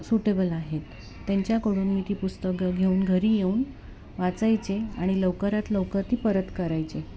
suitable आहेत त्यांच्याकडून मी ती पुस्तकं घेऊन घरी येऊन वाचायचे आणि लवकरात लवकर ती परत करायचे